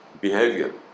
behavior